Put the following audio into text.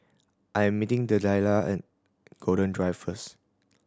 I am meeting Delilah at Golden Drive first